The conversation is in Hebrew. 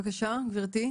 בבקשה, גברתי.